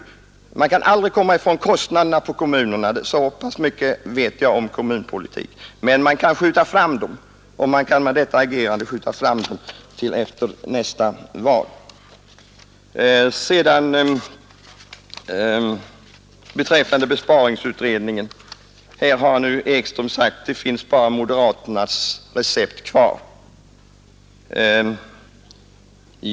Man kan nämligen aldrig komma ifrån kostnaderna i kommunerna — så mycket vet jag om kommunalpolitik — men man kan skjuta dem på framtiden till en viss tid, och med ett sådant här agerande kan man kanske skjuta dem till efter nästa val. Beträffande besparingsutredningen sade herr Ekström att nu finns bara moderaternas recept kvar.